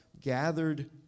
gathered